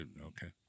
okay